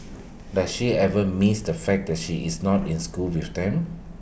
does she ever miss the fact that she is not in school with them